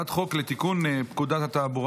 אני מודיע שהצעת חוק לתיקון פקודת סדר הדין הפלילי